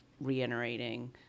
reiterating